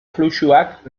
fluxuak